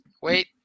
Wait